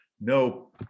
no